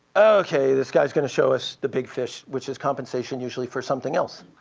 ok, this guy's going to show us the big fish, which is compensation usually for something else,